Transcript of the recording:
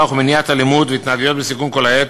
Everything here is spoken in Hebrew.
ומניעת אלימות והתנהגויות בסיכון כל העת.